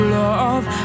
love